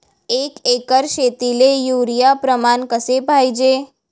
एक एकर शेतीले युरिया प्रमान कसे पाहिजे?